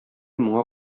моңа